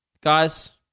Guys